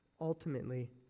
ultimately